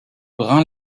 brun